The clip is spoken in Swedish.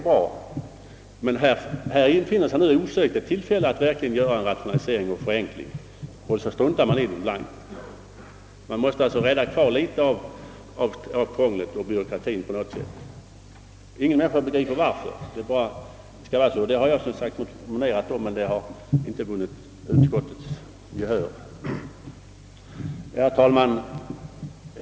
Här erbjuder sig osökt ett tillfälle att göra en rationalisering och förenkling, men då struntar man blankt i det. Det måste tydligen finnas kvar litet krångel och byråkrati. Herr talman!